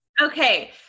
Okay